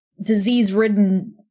disease-ridden